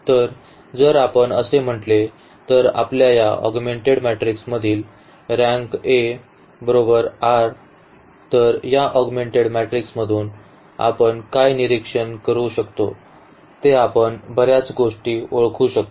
तर जर आपण असे म्हटले तर आपल्या या ऑगमेंटेड मॅट्रिक्समधील रँक r पिव्हट्सची संख्या तर या ऑगमेंटेड मॅट्रिक्समधून आपण काय निरीक्षण करू शकतो ते आपण बर्याच गोष्टी ओळखू शकतो